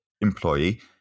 employee